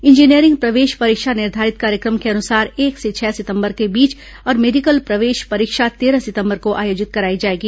engineering प्रवेश परीक्षा निर्घारित कार्यक्रम के अनुसार एक से छह सितंबर के बीच और मेडिकल प्रवेश परीक्षा तेरह सितंबर को आयोजित कराई जायेगी